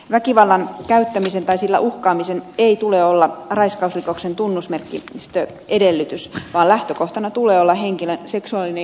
väkivallan käyttämisen tai sillä uhkaamisen ei tule ol la raiskausrikoksen tunnusmerkistön edellytys vaan lähtökohtana tulee olla henkilön seksuaalinen itsemääräämisoikeus